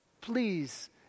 please